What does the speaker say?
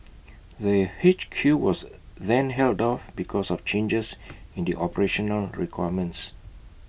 the H Q was then held off because of changes in the operational requirements